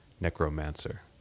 necromancer